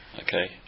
Okay